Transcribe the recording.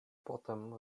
potem